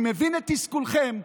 אני מבין את תסכולכם,